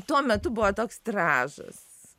tuo metu buvo toks tiražas